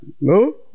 No